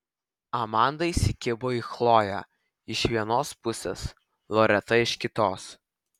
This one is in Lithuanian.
amanda įsikibo į chloję iš vienos pusės loreta iš kitos